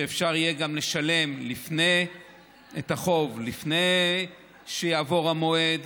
אפשר יהיה גם לשלם את החוב לפני שיעבור המועד,